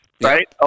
right